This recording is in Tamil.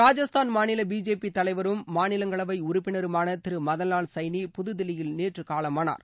ராஜஸ்தான் மாநில பிஜேபி தலைவரும் மாநிலங்களவை உறுப்பினருமான திரு மதன்வால் சைனி புதுதில்லியில் நேற்று காலமானார்